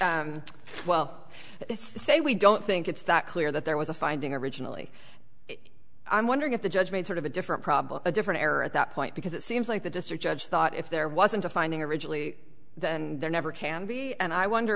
well it's to say we don't think it's that clear that there was a finding originally i'm wondering if the judge made sort of a different problem a different error at that point because it seems like the district judge thought if there wasn't a finding originally that and there never can be and i wonder